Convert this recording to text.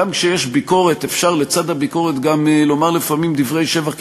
גם כשיש ביקורת אפשר לצד הביקורת גם לומר לפעמים דברי שבח,